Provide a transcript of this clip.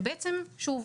כשבעצם שוב,